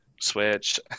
switch